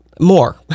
more